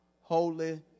Holy